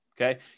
okay